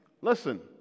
listen